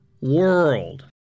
world